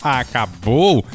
acabou